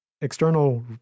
external